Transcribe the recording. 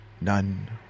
None